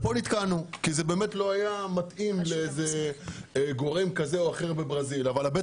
כאן נתקענו כי זה לא היה מתאים לגורם כזה או אחר בברזיל אבל בית